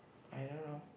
I don't know